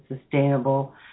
sustainable